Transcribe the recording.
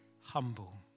humble